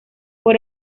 por